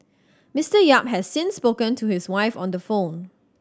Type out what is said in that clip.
Mister Yap has since spoken to his wife on the phone